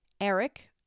Eric